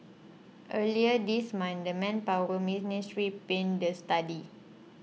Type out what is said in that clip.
earlier this month the Manpower Ministry panned the study